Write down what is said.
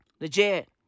Legit